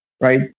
right